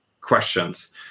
questions